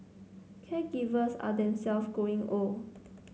caregivers are themselve growing old